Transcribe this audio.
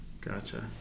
gotcha